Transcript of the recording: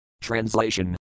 Translation